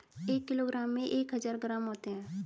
एक किलोग्राम में एक हजार ग्राम होते हैं